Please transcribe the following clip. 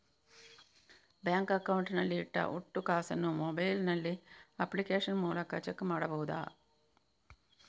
Bank account ನಲ್ಲಿ ಇಟ್ಟ ಒಟ್ಟು ಕಾಸನ್ನು ಮೊಬೈಲ್ ನಲ್ಲಿ ಅಪ್ಲಿಕೇಶನ್ ಮೂಲಕ ಚೆಕ್ ಮಾಡಬಹುದಾ?